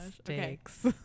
stakes